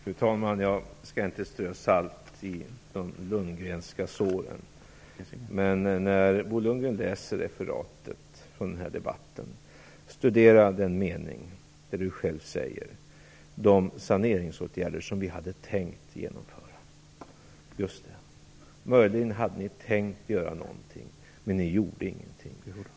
Fru talman! Jag skall inte strö salt i de lundgrenska såren. Men när Bo Lundgren läser protokollet från den här debatten tycker jag att han skall studera den mening där han själv säger: den sanering som vi hade tänkt genomföra. Möjligen hade ni tänkt göra något, men ni gjorde ingenting.